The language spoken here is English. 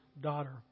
daughter